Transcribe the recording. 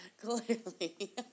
Clearly